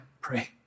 pray